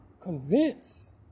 convince